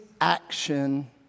action